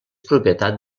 propietat